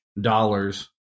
dollars